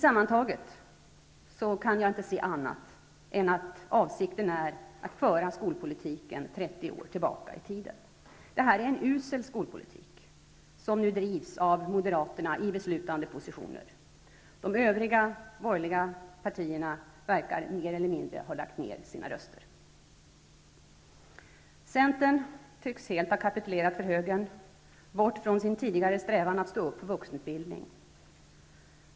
Sammantaget kan jag inte se annat än att avsikten är att föra skolpolitiken 30 år tillbaka i tiden. Det är en usel skolpolitik som nu drivs av Moderaterna i beslutande positioner. De övriga borgerliga partierna verkar mer eller mindre ha lagt ned sina röster. Centern tycks helt ha kapitulerat för högern, bort från sin tidigare strävan att stå upp för vuxenutbildning.